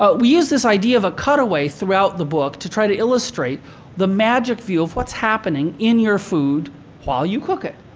ah we use this idea of a cutaway throughout the book to try to illustrate the magic view of what's happening in your food while you cook it.